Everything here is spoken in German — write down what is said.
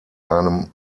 einem